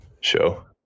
show